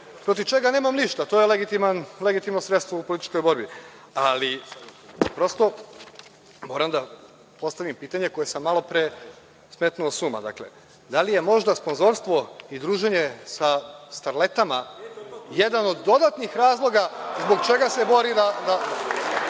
Protiv toga nemam ništa. To je legitimno sredstvo u političkoj borbi, ali moram da postavim pitanje koje sam malo pre smetnuo sa uma – da li je možda sponzorstvo i druženje sa starletama jedan od dodatnih razloga zbog čega se bori, pa